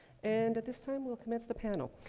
and at this time, we'll commence the panel.